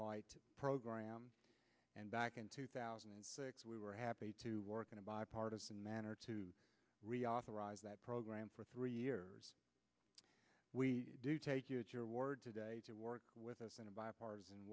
white program and back in two thousand and six we were happy to work in a bipartisan manner to reauthorize that program for three years we do take you at your word today to work with us in a bipartisan